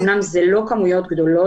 אומנם זה כמויות קטנות,